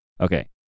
Okay